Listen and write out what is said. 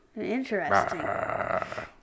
interesting